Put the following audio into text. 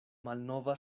malnova